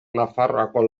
nafarroako